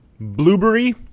blueberry